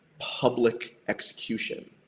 public execution.